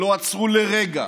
שלא עצרו לרגע